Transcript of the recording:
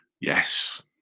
Yes